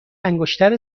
انگشتر